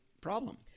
problem